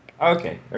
Okay